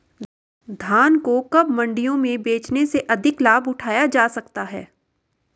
धान को कब मंडियों में बेचने से अधिक लाभ उठाया जा सकता है?